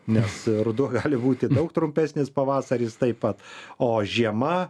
nes ruduo gali būti daug trumpesnis pavasaris taip pat o žiema